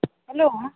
hello